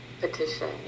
Petition